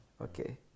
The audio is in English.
Okay